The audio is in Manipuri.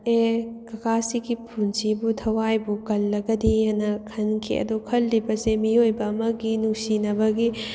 ꯑꯦ ꯀꯀꯥꯁꯤꯒꯤ ꯄꯨꯟꯁꯤꯕꯨ ꯊꯋꯥꯏꯕꯨ ꯀꯜꯂꯒꯗꯤ ꯍꯥꯏꯅ ꯈꯟꯈꯤ ꯑꯗꯨ ꯈꯜꯂꯤꯕꯁꯦ ꯃꯤꯑꯣꯏꯕ ꯑꯃꯒꯤ ꯅꯨꯡꯁꯤꯅꯕꯒꯤ